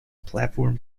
platform